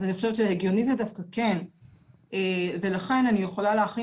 אז אני חושבת שהגיוני זה דווקא כן ולכן אני יכולה להכין